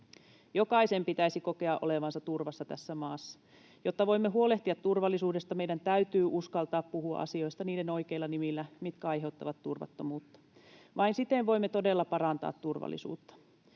Jokaisen pitäisi kokea olevansa turvassa tässä maassa. Jotta voimme huolehtia turvallisuudesta, meidän täytyy uskaltaa puhua oikeilla nimillä niistä asioista, mitkä aiheuttavat turvattomuutta. Vain siten voimme todella parantaa turvallisuutta.